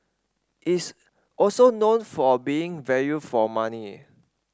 it's also known for being value for money